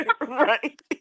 right